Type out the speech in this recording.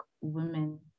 women